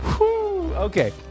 Okay